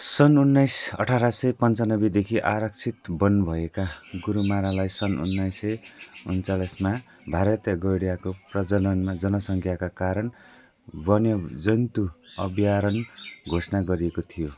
सन् उन्नाइस अठाह्र सय पन्चानब्बेदेखि आरक्षित वन भएका गोरुमारालाई सन् उन्नाइस सय उन्चालिसमा भारतीय गैँडाको प्रजनन जनसङ्ख्याका कारण वन्यजन्तु अभयारण्य घोषणा गरिएको थियो